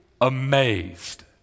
amazed